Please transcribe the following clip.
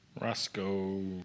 Roscoe